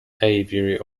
aviary